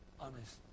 Honest